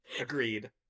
Agreed